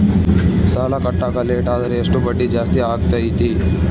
ಸಾಲ ಕಟ್ಟಾಕ ಲೇಟಾದರೆ ಎಷ್ಟು ಬಡ್ಡಿ ಜಾಸ್ತಿ ಆಗ್ತೈತಿ?